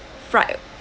fried